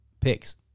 picks